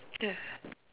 ya